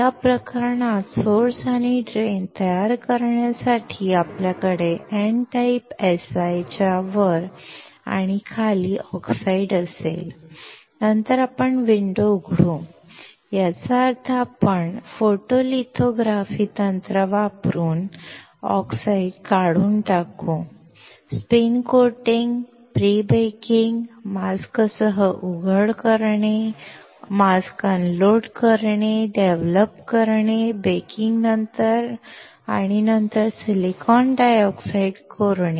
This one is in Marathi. या प्रकरणात सोर्स आणि ड्रेन तयार करण्यासाठी आपल्याकडे एन टाइप Si च्या वर आणि खाली ऑक्साईड असेल आणि नंतर आपण विंडो उघडू याचा अर्थ आपण फोटोलिथोग्राफी तंत्र वापरून ऑक्साईड काढून टाकू स्पिन कोटिंग प्री बेकिंग मास्कसह उघड करणे मास्क अनलोड करणे डेव्हलप करणे बेकिंगनंतर आणि नंतर सिलिकॉन डायऑक्साइड कोरणे